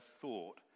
thought